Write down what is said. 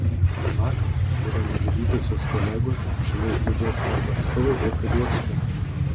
vakar buvę nužudytosios kolegos šalies dziudo sporto atstovai buvo priblokšti